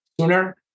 sooner